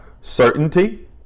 certainty